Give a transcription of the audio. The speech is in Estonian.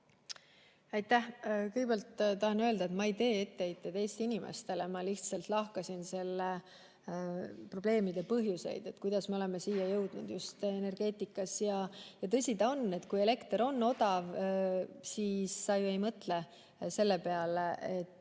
tahan öelda, et ma ei tee etteheiteid Eesti inimestele, ma lihtsalt lahkasin probleemide põhjuseid, kuidas me oleme siia jõudnud, just energeetikas. Tõsi ta on, et kui elekter on odav, siis sa ju ei mõtle selle peale,